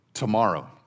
tomorrow